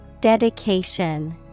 Dedication